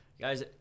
Guys